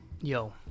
yo